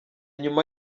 nyuma